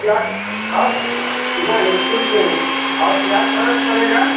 क्या खर्च नही कुछ नही और क्या खर्च पड़ेगा